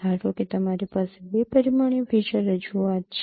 ધારો કે તમારી પાસે બે પરિમાણીય ફીચર રજૂઆત છે